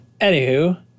anywho